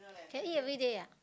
can eat everyday ah